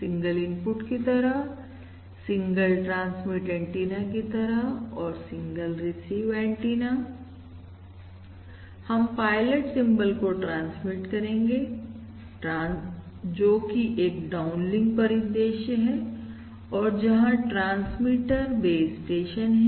single input की तरह single transmit antenna की तरह और सिंगल रिसीव एंटीना हम पायलट सिंबल को ट्रांसमिट करेंगे ट्रांसमीटर से जो कि एक डाउन्लिंग परिदृश्य है और जहां ट्रांसमीटर बेस स्टेशन है